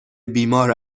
بیمار